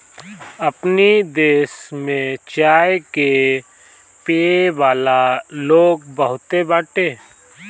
अपनी देश में चाय के पियेवाला लोग बहुते बाटे